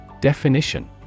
Definition